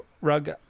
rug